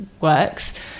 works